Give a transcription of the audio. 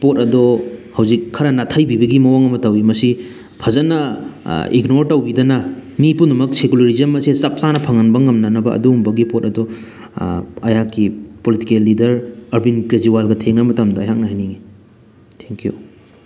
ꯄꯣꯠ ꯑꯗꯣ ꯍꯧꯖꯤꯛ ꯈꯔ ꯅꯥꯊꯩꯕꯤꯕꯒꯤ ꯃꯑꯣꯡ ꯑꯃ ꯇꯧꯋꯤ ꯃꯁꯤ ꯐꯖꯅ ꯏꯒꯅꯣꯔ ꯇꯧꯕꯤꯗꯅ ꯃꯤ ꯄꯨꯝꯅꯃꯛ ꯁꯦꯀꯨꯂꯔꯤꯖꯝ ꯑꯁꯦ ꯆꯞ ꯆꯥꯅ ꯐꯪꯍꯟꯕ ꯉꯝꯅꯅꯕꯒꯤ ꯑꯗꯨꯝꯕꯒꯤ ꯄꯣꯠ ꯑꯗꯣ ꯑꯩꯍꯥꯛꯀꯤ ꯄꯣꯂꯤꯇꯤꯀꯦꯜ ꯂꯤꯗꯔ ꯑꯥꯔꯕꯤꯟ ꯀ꯭ꯔꯦꯖꯤꯋꯥꯜꯒ ꯊꯦꯡꯅ ꯃꯇꯝꯗ ꯑꯩꯍꯥꯛꯅ ꯍꯥꯅꯤꯡꯉꯤ ꯊꯦꯡꯀ꯭ꯌꯨ